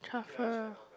truffle